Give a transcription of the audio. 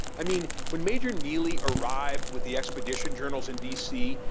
i mean, when major neely arrived with the expedition journals in d c,